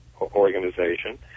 organization